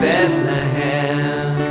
Bethlehem